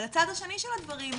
אבל הצד השני של הדברים,